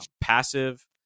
passive